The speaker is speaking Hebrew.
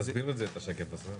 תסביר את השקף הזה.